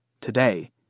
Today